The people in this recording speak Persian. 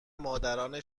مادران